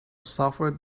software